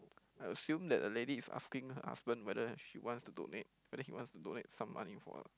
I assume that the lady is asking her husband whether she wants to donate whether he wants to donate some money for her